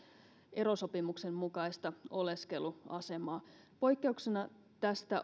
erosopimuksen mukaista oleskeluasemaa poikkeuksena tästä